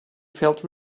felt